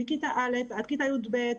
מכיתה א' ועד כיתה י"ב,